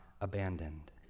abandoned